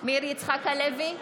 מאיר יצחק הלוי,